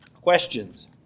Questions